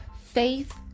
Faith